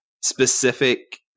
specific